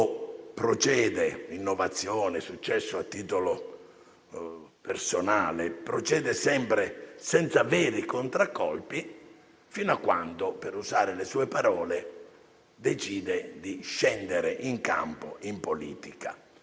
E tutto procede, innovazione e successo a titolo personale, senza veri contraccolpi, fino a quando - per usare le sue parole - decide di scendere in campo in politica.